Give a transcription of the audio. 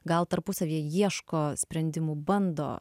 gal tarpusavyje ieško sprendimų bando